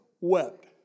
wept